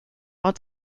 are